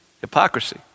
Hypocrisy